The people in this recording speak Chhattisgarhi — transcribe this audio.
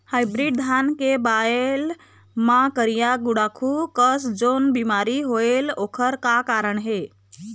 हाइब्रिड धान के बायेल मां करिया गुड़ाखू कस जोन बीमारी होएल ओकर का कारण हे?